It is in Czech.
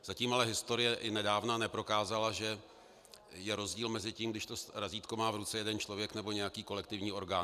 Zatím ale historie, i nedávná, neprokázala, že je rozdíl mezi tím, když to razítko má v ruce jeden člověk, nebo nějaký kolektivní orgán.